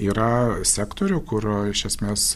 yra sektorių kur iš esmės